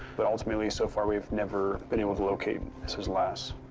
but ultimately, so far, we've never been able to locate mrs. lass.